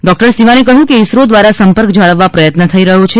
doctor સીવાને કહ્યું કે ઇસરો દ્વારાસંપર્ક જાળવવા પ્રયત્ન થઈ રહ્યો છે